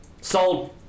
Sold